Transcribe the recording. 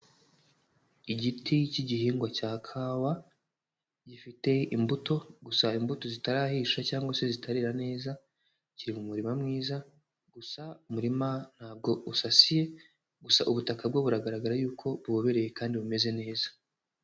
Igiti cy'igihingwa cya kawa, gifite imbuto. Gusa imbuto zitarahisha cyangwa se zitarira neza. Kiri muririma mwiza, gusa umurima ntabwo usasiye. Gusa ubutaka bwe buragaragara yuko bubobereye kandi bumeze neza.